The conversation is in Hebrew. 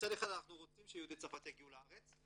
מצד אחד אנחנו רוצים שיהודי צרפת יגיעו לארץ,